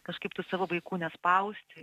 kažkaip tų savo vaikų nespausti